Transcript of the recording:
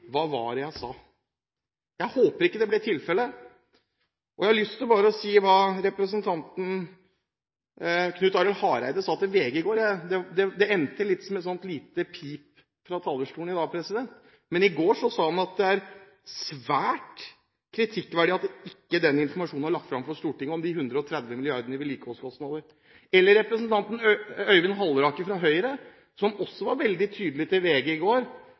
Hva var det jeg sa? Jeg håper det ikke blir tilfellet. Jeg har lyst til å si hva representanten Knut Arild Hareide sa til VG i går. Det endte som et lite pip fra talerstolen i dag, men i går sa han at det er svært kritikkverdig at informasjonen om de 130 mrd. kr i vedlikeholdskostnader ikke var lagt fram for Stortinget. Representanten Øyvind Halleraker fra Høyre var også veldig tydelig i VG i går